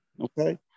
okay